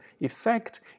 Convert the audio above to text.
effect